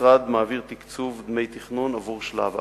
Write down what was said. המשרד מעביר תקצוב דמי תכנון עבור שלב א'.